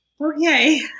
Okay